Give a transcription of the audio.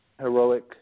heroic